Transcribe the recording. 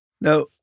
Now